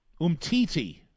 Umtiti